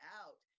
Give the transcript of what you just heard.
out